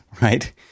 right